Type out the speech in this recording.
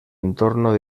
entorno